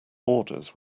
orders